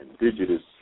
indigenous